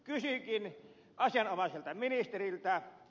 kysynkin asianomaiselta ministeriltä